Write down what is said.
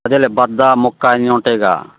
అదేలే బద్దా ముక్కా అన్ని ఉంటాయిగా